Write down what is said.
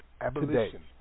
Abolition